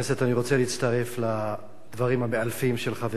אני רוצה להצטרף לדברים המאלפים של חברי,